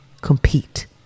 compete